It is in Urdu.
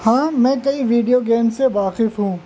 ہاں میں کئی ویڈیو گیم سے واقف ہوں